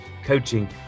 coaching